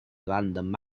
random